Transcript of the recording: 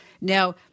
Now